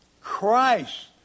Christ